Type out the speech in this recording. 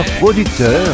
producteur